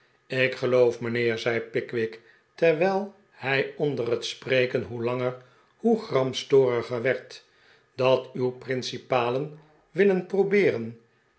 ik geloof mijnheer zei pickwick terwijl hij onder het spreken hoe langer hoe gramstoriger werd dat uw principalen willen probeeren